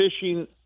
fishing